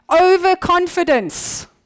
Overconfidence